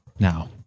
now